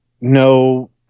no